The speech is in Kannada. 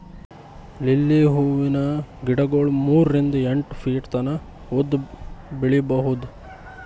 ಲಿಲ್ಲಿ ಹೂವಿನ ಗಿಡಗೊಳ್ ಮೂರಿಂದ್ ಎಂಟ್ ಫೀಟ್ ತನ ಉದ್ದ್ ಬೆಳಿಬಹುದ್